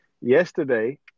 Yesterday